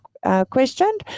Questioned